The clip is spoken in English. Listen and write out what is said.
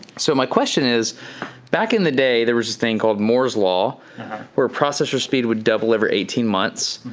so my question is back in the day, there was a thing called moore's law where a processor speed would double every eighteen months.